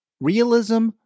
Realism